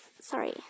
Sorry